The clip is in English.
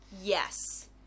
Yes